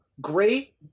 great